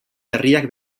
berriak